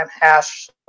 hash